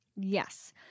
Yes